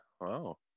Wow